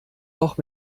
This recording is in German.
doch